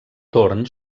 torn